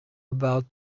about